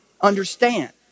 understand